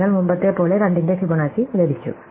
അതിനാൽ മുമ്പത്തെപ്പോലെ 2 ന്റെ ഫിബൊനാച്ചി ലഭിച്ചു